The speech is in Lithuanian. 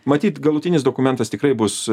matyt galutinis dokumentas tikrai bus